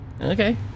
Okay